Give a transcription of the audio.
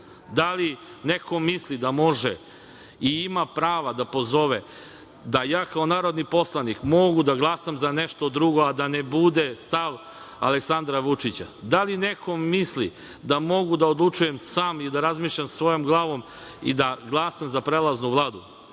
Da li neko misli da može i ima prava da pozove da ja kao narodni poslanik mogu da glasam za nešto drugo a da ne bude stav Aleksandra Vučića? Da li neko misli da mogu da odlučujem sam i da razmišljam svojom glavom i da glasam za prelaznu Vladu?